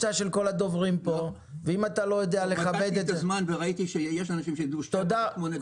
מא.ד.י מערכות,